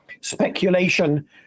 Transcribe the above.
speculation